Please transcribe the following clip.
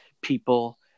people